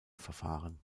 verfahren